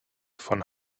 von